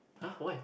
!huh! why